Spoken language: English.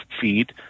feed